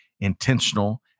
intentional